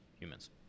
humans